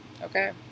Okay